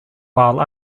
while